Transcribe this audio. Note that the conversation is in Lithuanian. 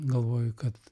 galvoju kad